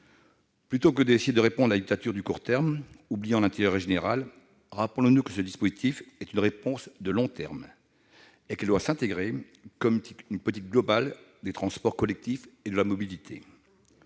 Plutôt que d'essayer de répondre à la dictature du court terme, en oubliant l'intérêt général, rappelons-nous que ce type de dispositif est une réponse de long terme et qu'il doit s'intégrer dans une politique globale des transports collectifs et de la mobilité.